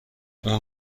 اون